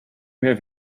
have